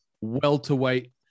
welterweight